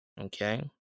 Okay